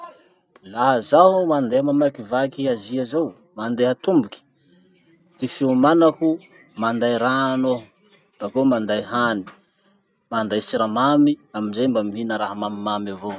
Laha zaho mandeha mamakivaky azia zao mandeha tomboky, ty fiomanako, manday rano aho, bakeo manday hany, manday siramamy amizay mba mihina raha mamimamy avao.